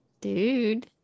dude